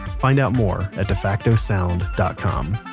find out more at defactosound dot com.